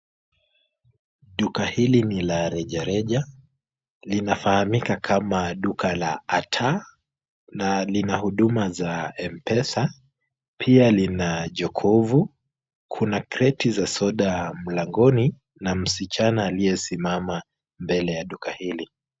Duka hili ni la rejareja. Na kinafahamika kama duka la Ataa na lina huduma za M-pesa, pia lina jokofu. Kuna kreti za soda mlangoni na msichana aliye simama mbele ya duka hili.